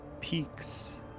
peaks